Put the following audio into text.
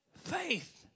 faith